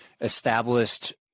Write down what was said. established